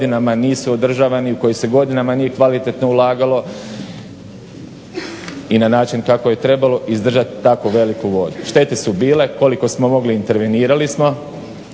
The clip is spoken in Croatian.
u koje se godinama nije kvalitetno ulagalo i na način kako je trebalo, izdržati tako veliku vodu. Štete su bile, koliko smo mogli intervenirali smo